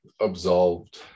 absolved